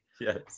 yes